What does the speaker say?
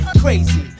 Crazy